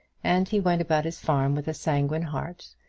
and he went about his farm with a sanguine heart,